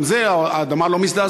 גם על זה האדמה לא מזדעזעת,